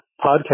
podcast